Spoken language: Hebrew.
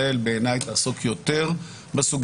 תדירים של כל הגורמים הישראליים שעוסקים בנושא